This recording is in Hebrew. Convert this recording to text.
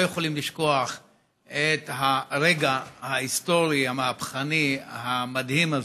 לא יכולים לשכוח את הרגע ההיסטורי המהפכני המדהים הזה,